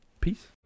peace